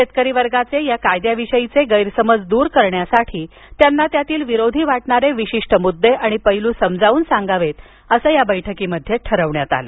शेतकरी वर्गाचे या कायद्याविषयीचे गैरसमज दूर करण्यासाठी त्यांना त्यातील विरोधी वाटणारे विशिष्ट मुद्दे आणि पैलू समजावून सांगावेत असं या बैठकीत ठरविण्यात आलं